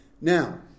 Now